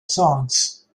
songs